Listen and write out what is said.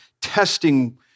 testing